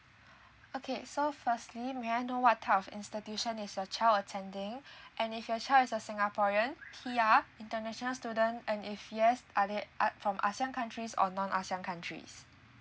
okay so firstly may I know what type of institution is your child attending and if your child is a singaporean P_R international student and if yes are they are from A_S_E_A_N countries or non A S_ E_A_N countries